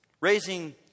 raising